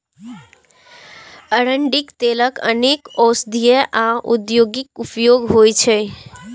अरंडीक तेलक अनेक औषधीय आ औद्योगिक उपयोग होइ छै